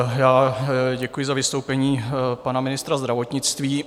Já děkuji za vystoupení pana ministra zdravotnictví.